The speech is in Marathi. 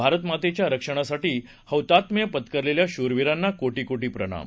भारतमातेच्या रक्षणासाठी हौतात्म्य पत्करलेल्या शूरवीरांना कोटी कोटी प्रणाम